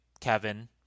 Kevin